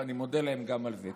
ואני מודה להם גם על זה.